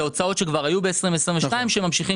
זה ההוצאות שכבר היו ב-2022 שממשיכות